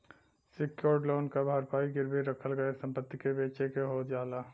secured loan क भरपाई गिरवी रखल गयल संपत्ति के बेचके हो जाला